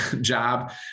job